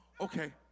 Okay